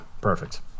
perfect